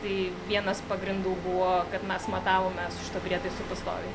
tai vienas pagrindų buvo kad mes matavome su šituo prietaisu pastoviai